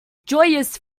joyous